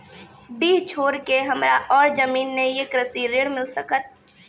डीह छोर के हमरा और जमीन ने ये कृषि ऋण मिल सकत?